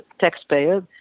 taxpayers